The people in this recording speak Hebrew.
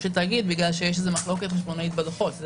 של תאגיד כי יש מחלוקת חשבונאית בדוחות.